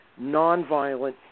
nonviolent